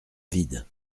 vide